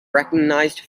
recognized